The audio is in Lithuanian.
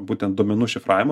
būtent duomenų šifravimo